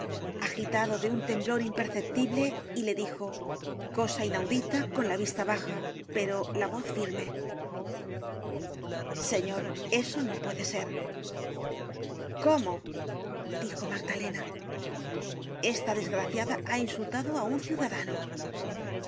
agitado de un temblor imperceptible y le dijo cosa inaudita con la vista baja pero la voz firme señor eso no puede ser cómo dijo magdalena esta desgraciada ha insultado á un ciudadano